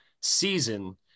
season